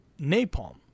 napalm